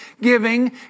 giving